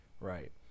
right